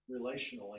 relationally